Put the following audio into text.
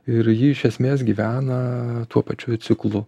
ir ji iš esmės gyvena tuo pačiu ciklu